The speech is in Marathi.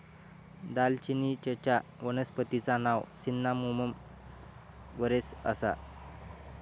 दालचिनीचच्या वनस्पतिचा नाव सिन्नामोमम वेरेम आसा